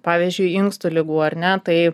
pavyzdžiui inkstų ligų ar ne tai